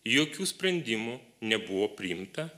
jokių sprendimų nebuvo priimta